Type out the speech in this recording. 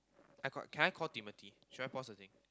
I got can I call Timothy should I pause the thing